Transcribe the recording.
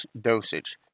dosage